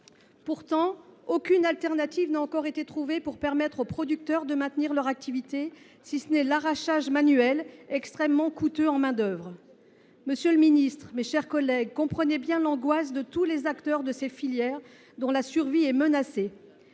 possible. Aucune alternative n’a cependant encore été trouvée pour permettre aux producteurs de maintenir leur activité, si ce n’est un désherbage manuel extrêmement coûteux en main d’œuvre. Monsieur le ministre, mes chers collègues, comprenez l’angoisse de tous les acteurs de ces filières, dont la survie est menacée.